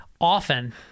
often